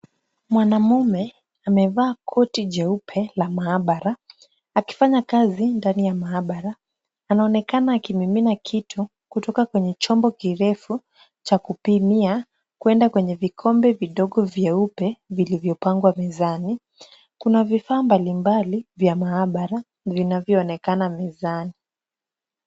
Mwanamme amevaa koti jeupe la mahabara akifanya kazi ndani ya mahabara anaonekana akimimina kitu kutoka kwenye chombo kirefu cha kupimia kuenda kwenye vikombe vidogo vyeupe vilivyopangwa mezani. Kuna vifaa mbalimbali vya mahabara vinavyoonekana mezani.